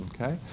Okay